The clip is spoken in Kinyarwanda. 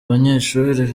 banyeshuri